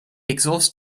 exhaust